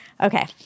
Okay